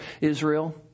Israel